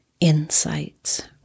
insights